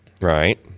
Right